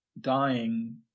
dying